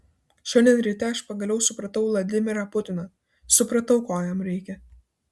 šiandien ryte aš pagaliau supratau vladimirą putiną supratau ko jam reikia